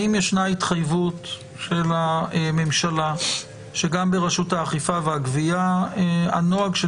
האם יש התחייבות של הממשלה שגם ברשות האכיפה והגבייה הנוהג של